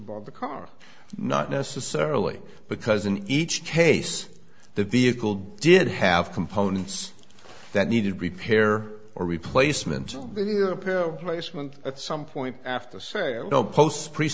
above the car not necessarily because in each case the vehicle did have components that needed repair or replacement placement at some point after say no post pre